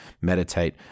meditate